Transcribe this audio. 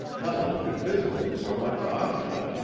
helen could visit him so much oftener?